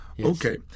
Okay